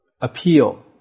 appeal